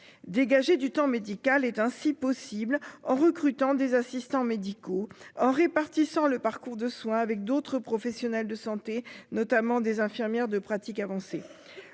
dégager du temps médical est ainsi possible en recrutant des assistants médicaux en répartissant le parcours de soins avec d'autres professionnels de santé, notamment des infirmières de pratique avancée,